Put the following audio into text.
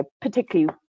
particularly